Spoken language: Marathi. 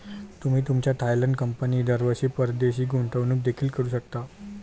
तुम्ही तुमच्या थायलंड कंपनीत दरवर्षी परदेशी गुंतवणूक देखील करू शकता